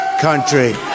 country